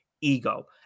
ego